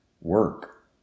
work